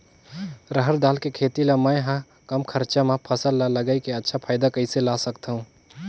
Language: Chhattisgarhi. रहर दाल के खेती ला मै ह कम खरचा मा फसल ला लगई के अच्छा फायदा कइसे ला सकथव?